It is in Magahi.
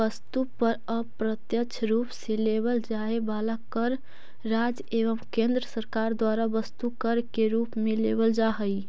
वस्तु पर अप्रत्यक्ष रूप से लेवल जाए वाला कर राज्य एवं केंद्र सरकार द्वारा वस्तु कर के रूप में लेवल जा हई